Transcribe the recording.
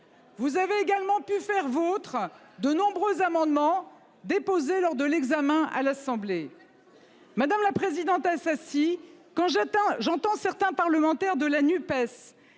Vous avez également pu faire votre de nombreux amendements déposés lors de l'examen à l'Assemblée. Madame la présidente Assassi quand j'entends, j'entends certains parlementaires de la NUPES